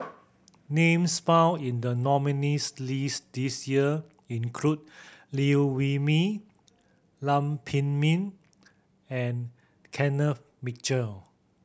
names found in the nominees' list this year include Liew Wee Mee Lam Pin Min and Kenneth Mitchell